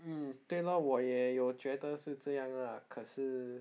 mm 对 lor 我也有觉得是这样 lah 可是